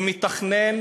הוא מתכנן